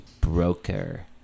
broker